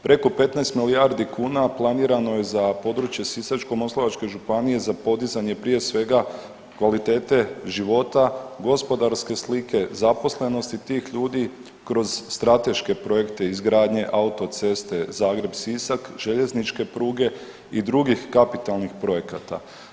Preko 15 milijardi kuna planirano je za područje Sisačko-moslavačke županije za podizanje prije svega kvalitete život, gospodarske slike zaposlenosti tih ljudi kroz strateške projekte izgradnje autoceste Zagreb – Sisak, željezničke pruge i drugih kapitalnih projekata.